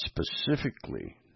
specifically